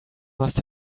must